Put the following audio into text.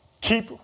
Keep